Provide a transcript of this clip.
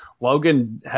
Logan